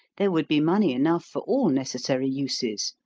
there would be money enough for all necessary uses.